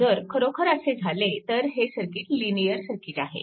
जर खरोखर असे झाले तर हे सर्किट लिनिअर सर्किट आहे